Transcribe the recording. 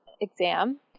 exam